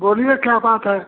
बोलिए क्या बात है